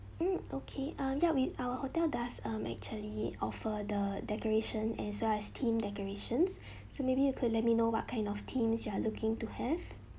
hmm okay uh ya we our hotel does um actually offer the decoration as well as themed decorations so maybe you could let me know what kind of themes you are looking to have